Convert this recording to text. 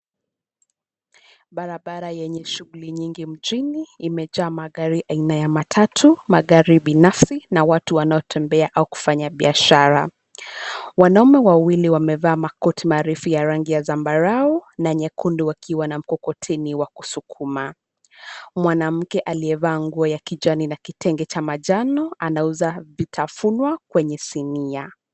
Barabara yenye shughuli nyingi mjini imejaa magari aina ya matatu, magari binafsi na watu wanaotembea au kufanya biashara. Wanaume wawili wamevaa makoti marefu ya rangi ya zambarau na nyekundu wakiwa na mkokoteni wa kusukuma. Mwanamke aliyevaa nguo ya kijani na kitenge cha manjano anauza vitafunwa kwenye sinia.